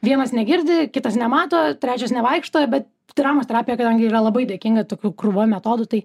vienas negirdi kitas nemato trečias nevaikšto bet dramos terapija kadangi yra labai dėkinga tokių krūva metodų tai